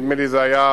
נדמה לי זה היה,